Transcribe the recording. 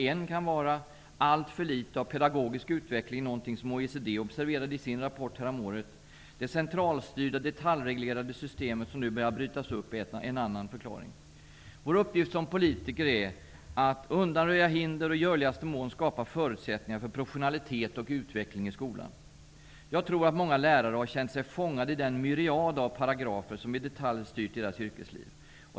En kan vara alltför litet av pedagogisk utveckling, något som OECD observerade i sin rapport häromåret. Det centralstyrda, detaljreglerade system som nu har börjat brytas upp är en annan. Vår uppgift som politiker är att undanröja hinder och i görligaste mån skapa förutsättningar för professionalitet och utveckling i skolan. Jag tror att många lärare har känt sig fångade i den myriad av paragrafer som i detalj styrt deras yrkesliv.